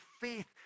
faith